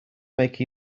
make